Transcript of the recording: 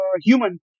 human